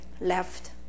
left